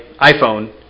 iPhone